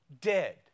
Dead